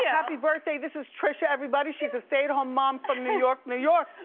yeah happy birthday, this is trisha everybody, she's a stay at home mom from new york, new york.